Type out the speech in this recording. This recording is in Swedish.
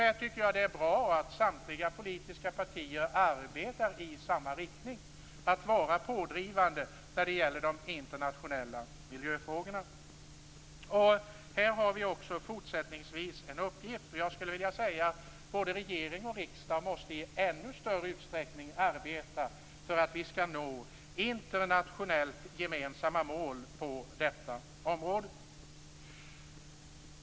Jag tycker att det är bra att samtliga partier arbetar i samma riktning, att vara pådrivande i de internationella miljöfrågorna. Här har vi också fortsättningsvis en uppgift. Jag skulle vilja säga att både regering och riksdag i ännu större utsträckning måste arbeta för att vi skall nå internationellt gemensamma mål på detta område.